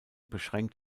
beschränkt